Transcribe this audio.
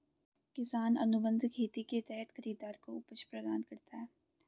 किसान अनुबंध खेती के तहत खरीदार को उपज प्रदान करता है